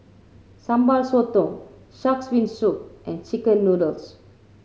Sambal Sotong Shark's Fin Soup and chicken noodles